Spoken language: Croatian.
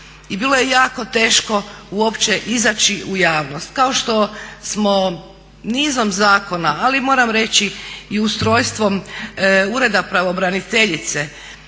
i bilo je jako teško uopće izaći u javnost. Kao što smo nizom zakona, ali moram reći i ustrojstvom Ureda pravobraniteljice